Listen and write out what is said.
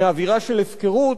מאווירה של הפקרות,